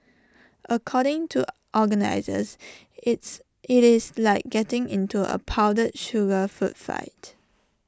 according to organisers it's IT is like getting into A powdered sugar food fight